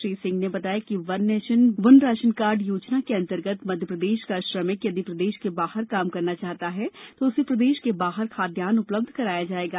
श्री सिंह ने बताया कि one nation one ration card योजना के अंतर्गत मध्यप्रदेश का श्रमिक यदि प्रदेश के बाहर काम करना चाहता है है कि तो उसे उसे प्रदेश कर के लिबाहर के खाद्यान्न के उपलब्ध कर कराया के जायेगा